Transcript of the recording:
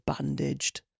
bandaged